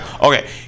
Okay